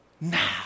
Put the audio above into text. Now